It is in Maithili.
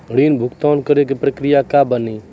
ऋण भुगतान करे के प्रक्रिया का बानी?